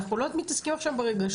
אנחנו לא מתעסקים עכשיו ברגשות,